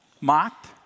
mocked